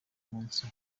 munsi